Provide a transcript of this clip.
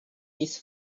its